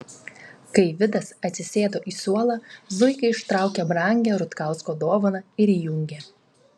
kai vidas atsisėdo į suolą zuika ištraukė brangią rutkausko dovaną ir įjungė